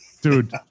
dude